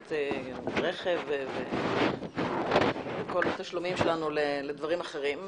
קנסות על רכב וכל התשלומים שלנו לדברים אחרים,